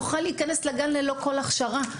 יוכל להיכנס לגן ללא כל הכשרה.